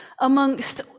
amongst